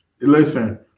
Listen